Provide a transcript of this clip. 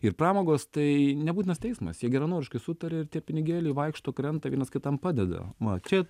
ir pramogos tai nebūtinas teismas jie geranoriškai sutaria ir tie pinigėliai vaikšto klientai vienas kitam padeda va čia